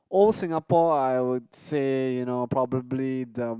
old Singapore I would say you know probably the